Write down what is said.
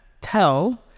tell